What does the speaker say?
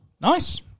Nice